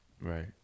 Right